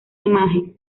imagen